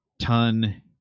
ton